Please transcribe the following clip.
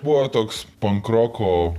buvo toks pankroko